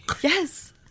Yes